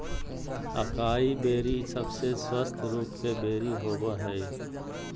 acai berry सबसे स्वस्थ रूप के बेरी होबय हइ